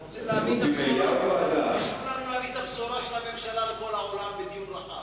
אנחנו רוצים להביא את הבשורה של הממשלה לכל העולם בדיון רחב.